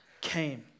came